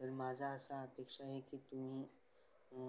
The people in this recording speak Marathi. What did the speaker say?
तर माझा असा अपेक्षा आहे की तुम्ही